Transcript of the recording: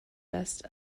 best